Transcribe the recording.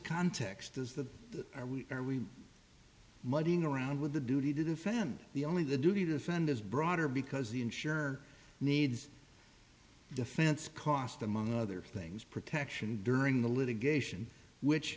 context is that are we are we muddying around with the duty to defend the only the duty to defend this broader because the insured needs defense cost among other things protection during the litigation which